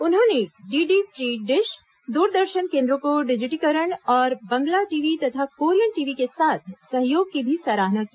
उन्होंने DD free dish Doordarshan केन्द्रों के डिजिटीकरण और बंगला टीवी तथा कोरियन टीवी के साथ सहयोग की भी सराहना की